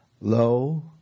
Lo